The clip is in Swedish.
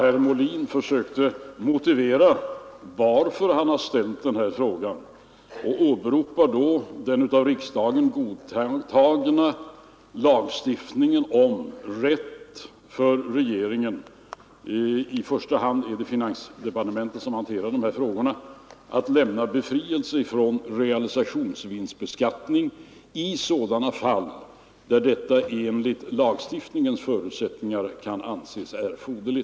Herr Molin försökte motivera varför han har ställt denna fråga och åberopade då den av riksdagen godtagna lagstiftningen om rätt för regeringen — i första hand är det finansdepartementet som hanterar dessa frågor — att medge befrielse från realisationsvinstbeskattning i sådana fall där det enligt lagstiftningens förutsättningar kan anses erforderligt.